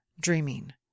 Dreaming